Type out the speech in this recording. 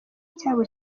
cyabo